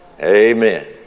Amen